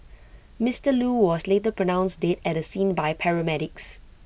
Mister Loo was later pronounced dead at the scene by paramedics